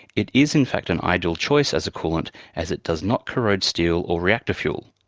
it is in fact an ideal choice as a coolant as it does not corrode steel or reactor fuel.